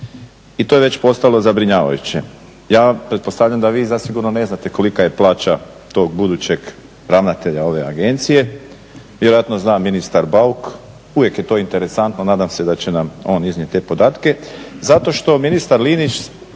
i to je već postalo zabrinjavajuće. Ja pretpostavljam da vi zasigurno ne znate kolika je plaća tog budućeg ravnatelja te agencije, vjerojatno zna ministar Bauk. Uvijek je to interesantno, nadam se da će nam on iznijet te podatke zato što ministar Linić